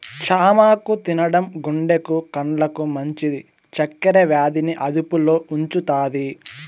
చామాకు తినడం గుండెకు, కండ్లకు మంచిది, చక్కర వ్యాధి ని అదుపులో ఉంచుతాది